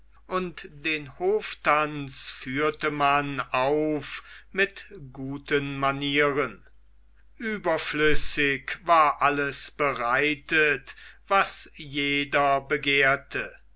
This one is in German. und den hoftanz führte man auf mit guten manieren überflüssig war alles bereitet was jeder begehrte